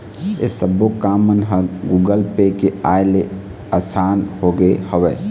ऐ सब्बो काम मन ह गुगल पे के आय ले असान होगे हवय